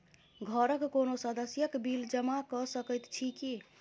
घरक कोनो सदस्यक बिल जमा कऽ सकैत छी की?